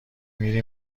میری